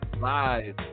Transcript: live